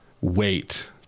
wait